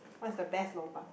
what's the best lobang